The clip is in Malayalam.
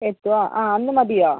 എത്തുവോ ആ അന്ന് മതിയോ